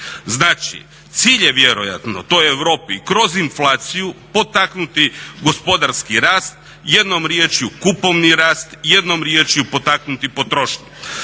Znači cilj je vjerojatno toj Europi kroz inflaciju potaknuti gospodarski rast, jednom rječju kupovni rast, jednom rječju, potaknuti potrošnju.